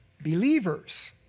believers